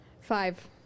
Five